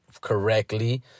correctly